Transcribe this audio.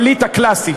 זה לא מספיק.